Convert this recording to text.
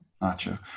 Gotcha